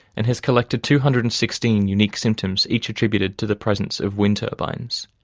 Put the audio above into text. and has collected two hundred and sixteen unique symptoms each attributed to the presence of wind turbines.